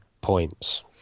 points